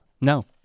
No